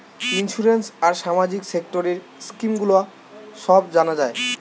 insurance আর সামাজিক সেক্টরের স্কিম গুলো সব জানা যায়